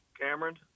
Cameron